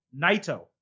Naito